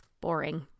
boring